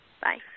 Bye